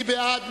מי בעד?